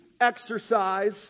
exercise